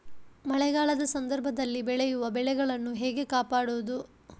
ಮಳೆಗಾಲದ ಸಂದರ್ಭದಲ್ಲಿ ಬೆಳೆಯುವ ಬೆಳೆಗಳನ್ನು ಹೇಗೆ ಕಾಪಾಡೋದು?